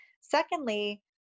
Secondly